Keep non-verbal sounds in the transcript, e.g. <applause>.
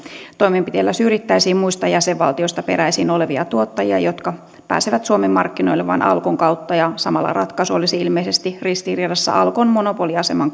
toimenpiteellä syrjittäisiin muista jäsenvaltioista peräisin olevia tuottajia jotka pääsevät suomen markkinoille vain alkon kautta ja samalla ratkaisu olisi ilmeisesti ristiriidassa alkon monopoliaseman <unintelligible>